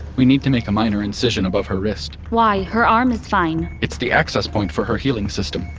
we need to make a minor incision above her wrist why? her arm is fine it's the access point for her healing system.